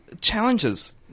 challenges